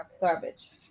Garbage